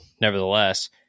nevertheless